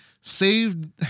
saved